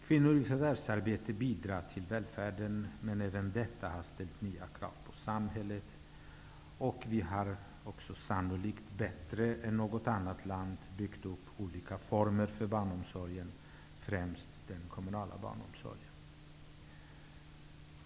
Kvinnor i förvärvsarbete bidrar till välfärden, men även detta har ställt nya krav på samhället, och vi har också sannolikt bättre än något annat land byggt upp olika former för barnomsorgen, främst den kommunala.